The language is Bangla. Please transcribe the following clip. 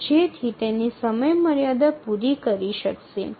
তাহলে এটি তার সময়সীমাটি পূরণ করতে সক্ষম হবে